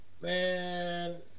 Man